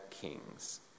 kings